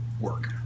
work